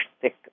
thick